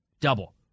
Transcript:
double